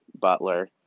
butler